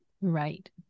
right